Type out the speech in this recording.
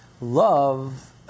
Love